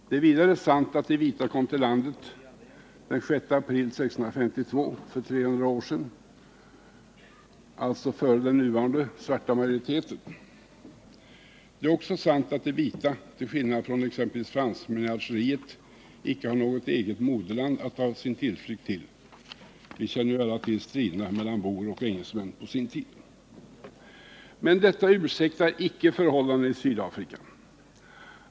Det är vidare sant att de vita kom till landet den 6 april 1652 — för 300 år sedan, alltså före den nuvarande svarta majoriteten. Det är också sant att de vita, till skillnad från exempelvis fransmännen i Algeriet, icke har något eget moderland att ta sin tillflykt till. Vi känner ju alla till striderna mellan boer och engelsmän på sin tid. Men detta ursäktar inte förhållandena i Sydafrika.